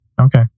Okay